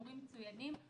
מורים מצוינים.